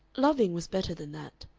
loving was better than that.